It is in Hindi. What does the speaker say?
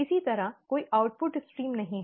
इसी तरह कोई आउटपुट स्ट्रीम नहीं है